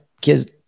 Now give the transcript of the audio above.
kids